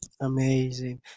amazing